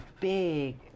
big